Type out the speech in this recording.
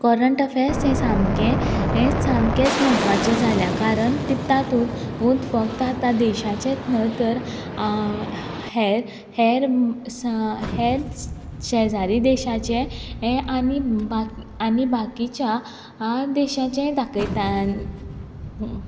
current affairs हे सामके हेत सामकेच म्हत्वाचे जाल्या कारण ती तातूत ओत फक्त आतां देशाचेंत न्हय तर हेर हेर सा हेच शेजारी देशाचें हें आनी बाक आनी बाकीच्या आं देशाचें दाखयतान